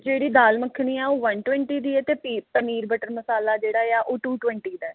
ਜਿਹੜੀ ਦਾਲ ਮੱਖਣੀ ਆ ਉਹ ਵਨ ਟਵੈਂਟੀ ਦੀ ਹੈ ਅਤੇ ਪੀ ਪਨੀਰ ਬਟਰ ਮਸਾਲਾ ਜਿਹੜਾ ਆ ਉਹ ਟੂ ਟਵੈਂਟੀ ਦਾ ਹੈ